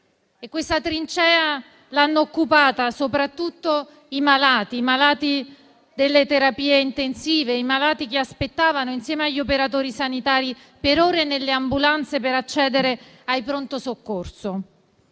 questa trincea l'hanno occupata soprattutto i malati, i malati delle terapie intensive, i malati che aspettavano insieme agli operatori sanitari per ore nelle ambulanze per accedere ai pronto soccorso.